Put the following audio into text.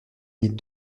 mille